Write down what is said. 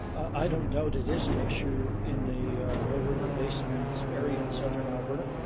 i don't doubt it is an issue in the bow river basin and area in southern alberta.